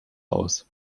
aus